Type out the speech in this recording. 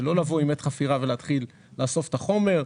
זה לא לבוא עם את חפירה ולהתחיל לאסוף את החומר,